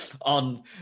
on